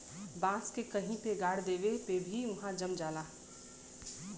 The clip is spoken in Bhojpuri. बांस के कहीं पे गाड़ देले पे भी उहाँ जम जाला